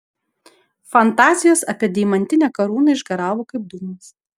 fantazijos apie deimantinę karūną išgaravo kaip dūmas